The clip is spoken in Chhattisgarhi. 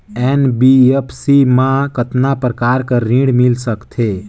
एन.बी.एफ.सी मा कतना प्रकार कर ऋण मिल सकथे?